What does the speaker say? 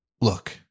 look